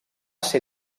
ser